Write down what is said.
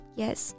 yes